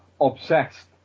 obsessed